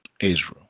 Israel